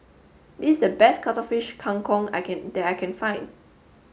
this is the best Cuttlefish Kang Kong I can that I can find